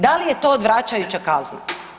Da li je to odvračajuća kazna?